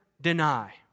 deny